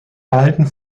beiden